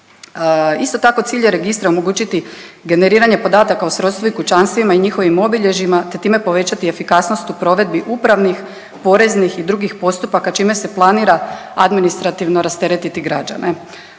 Isto tako cilj je registra omogućiti generiranje podataka o srodstvu i kućanstvima i njihovim obilježjima, te time povećati efikasnost u provedbi upravnih, poreznih i drugih postupaka čime se planira administrativno rasteretiti građane.